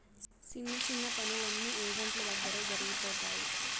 సిన్న సిన్న పనులన్నీ ఏజెంట్ల దగ్గరే జరిగిపోతాయి